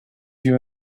you